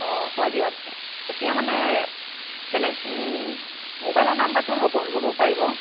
অঁ হয় দিয়ক এতিয়া মানে কেনে ম'বাইলৰ নাম্বাৰটো ল'ব ল'ব পাৰিব